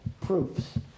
proofs